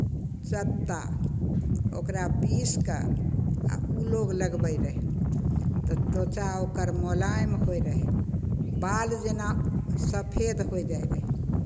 सकता ओकरा पीसि कऽ आ ओ लोक लगबैत रहय तऽ त्वचा ओकर मोलायम होइत रहय बाल जेना सफेद होय जाइत रहय